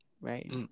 Right